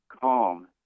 calm